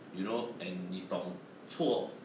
you know and 你懂错